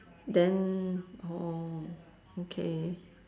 then orh okay